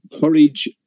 courage